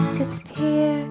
disappear